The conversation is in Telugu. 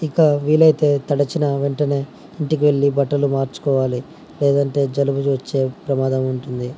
ఇక వీలైతే తడిసిన వెంటనే ఇంటికి వెళ్లి బట్టలు మార్చుకోవాలి లేదంటే జలుబు వచ్చే ప్రమాదం ఉంటుంది